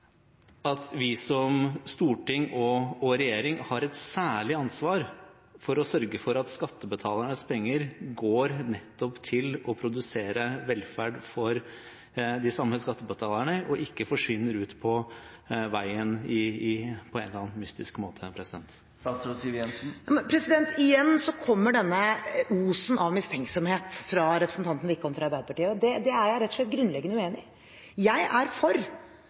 at vi som storting og regjering har et særlig ansvar for å sørge for at skattebetalernes penger går nettopp til å produsere velferd for de samme skattebetalerne, og ikke forsvinner ut på veien på en eller annen mystisk måte? Igjen kommer denne osen av mistenksomhet fra representanten Wickholm fra Arbeiderpartiet. Det er jeg rett og slett grunnleggende uenig i. Jeg er for